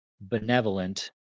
benevolent